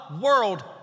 world